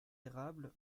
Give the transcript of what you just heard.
érables